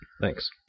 Thanks